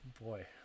Boy